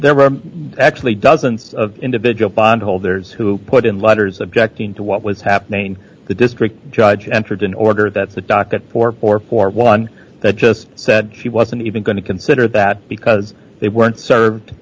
were actually dozens of individual bond holders who put in letters objecting to what was happening in the district judge entered an order that's the docket poor poor poor one that just said she wasn't even going to consider that because they weren't served